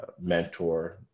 mentor